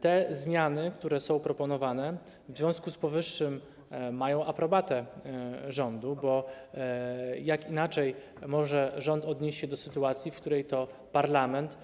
Te zmiany, które są proponowane, w związku z powyższym mają aprobatę rządu, bo jak inaczej rząd może odnieść się do sytuacji, w której to parlament